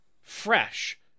fresh